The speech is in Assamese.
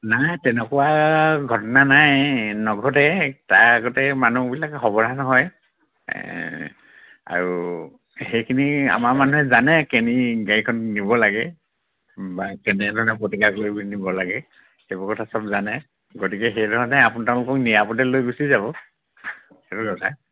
নাই তেনেকুৱা ঘটনা নাই নঘটে তাৰ আগতে মানুহবিলাকে সাৱধান হয় আৰু সেইখিনি আমাৰ মানুহে জানে কেনি গাড়ীখন নিব লাগে বা কেনেধৰণে প্ৰতিকাৰ কৰিপিনে নিব লাগে সেইবোৰ কথা সব জানে গতিকে সেইধৰণে আপোনালোকক নিৰাপদ লৈ গুচি যাব সেইটো কথা